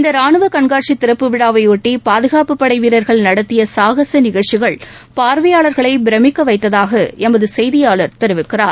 இந்த ரானுவ கண்காட்சி திறப்பு விழாவை ஒட்டி பாதுகாப்பு படை வீரர்கள் நடத்திய சாகச நிகழ்ச்சிகள் பார்வையாளர்களை பிரமிக்க வைத்ததாக எமது செய்தியாளர் தெரிவிக்கிறார்